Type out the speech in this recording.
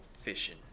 fishing